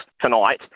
tonight –